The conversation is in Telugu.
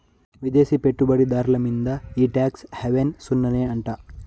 విదేశీ పెట్టుబడి దార్ల మీంద ఈ టాక్స్ హావెన్ సున్ననే అంట